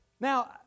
now